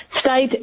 State